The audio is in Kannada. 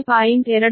205 p